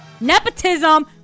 nepotism